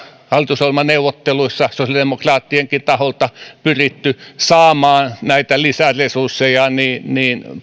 hallitusohjelmaneuvotteluissa sosiaalidemokraattienkin taholta on pyritty saamaan näitä lisäresursseja niin niin